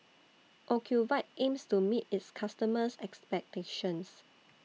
Ocuvite aims to meet its customers' expectations